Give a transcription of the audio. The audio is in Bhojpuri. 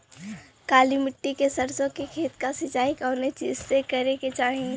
काली मिट्टी के सरसों के खेत क सिंचाई कवने चीज़से करेके चाही?